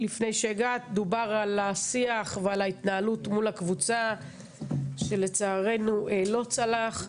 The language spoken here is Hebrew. לפני שהגעת דובר על השיח ועל ההתנהלות מול הקבוצה שלצערנו לא צלח.